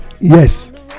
yes